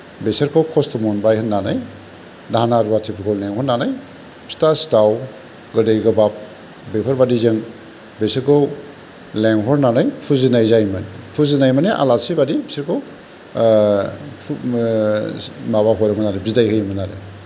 बिसोरखौ कस्थ' मोनबाय होननानै दाहोना रुवाथिफोरखौ लेंहरनानै फिथा सिथाव गोदै गोबाब बेफोरबायदिजों बिसोरखौ लेंहरनानै फुजिनाय जायोमोन फुजिनाय माने आलासि बायदि बिसोरखौ माबा हरोमोन आरो बिदाय हरोमोन